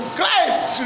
Christ